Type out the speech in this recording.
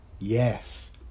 Yes